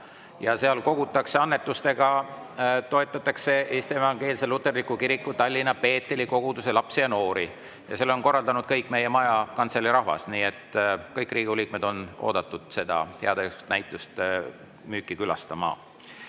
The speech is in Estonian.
ja seal kogutud annetustega toetatakse Eesti Evangeelse Luterliku Kiriku Tallinna Peeteli Koguduse lapsi ja noori. Selle on korraldanud meie maja kantselei rahvas. Nii et kõik Riigikogu liikmed on oodatud seda heategevuslikku müüki külastama.